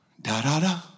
Da-da-da